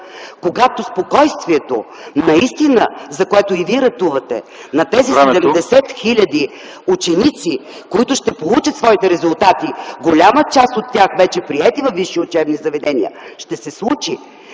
когато спокойствието наистина, за което и Вие ратувате, на тези седемдесет хиляди ученици, които ще получат своите резултати, голяма част от тях вече приети във висши учебни заведения, ще се случи.